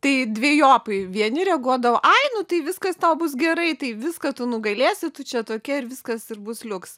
tai dvejopai vieni reaguodavo ai nu tai viskas tau bus gerai tai viską tu nugalėsi tu čia tokia ir viskas ir bus liuks